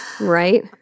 right